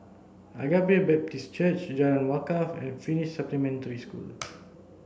Agape Baptist Church Jalan Wakaff and Finnish Supplementary School